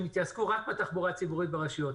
יתעסקו רק בתחבורה הציבוריות ברשויות,